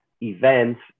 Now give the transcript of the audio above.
events